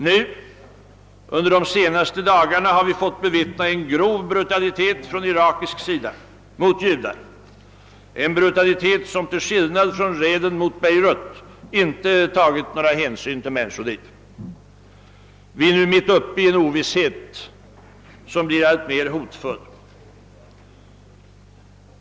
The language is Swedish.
Och under de senaste dagarna har vi fått bevittna en grov brutalitet från arabisk sida mot judarna, en brutalitet som till skillnad från raiden mot Beirut inte tagit några hänsyn till människoliv. Vi är nu mitt uppe i en ovisshet som blir alltmer hotfull.